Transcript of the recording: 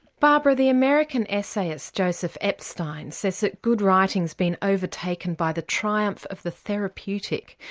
barbara, the american essayist joseph epstein says that good writing's been overtaken by the triumph of the therapeutic,